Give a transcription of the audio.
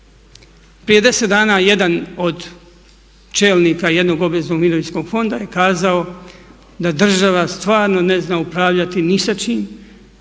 Prije 10 dana jedan od čelnika jednog obveznog mirovinskog fonda je kazao da država stvarno ne zna upravljati ni sa čim